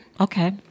okay